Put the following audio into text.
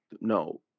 no